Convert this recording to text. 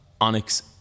Onyx